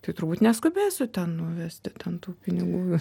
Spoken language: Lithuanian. tai turbūt neskubėsiu ten nuvesti ten tų pinigų